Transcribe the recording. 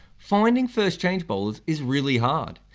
finding first change bowlers is really hard.